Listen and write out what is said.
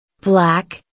Black